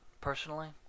personally